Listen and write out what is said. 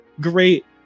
great